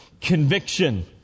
conviction